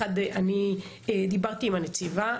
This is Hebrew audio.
אני דיברתי עם הנציבה,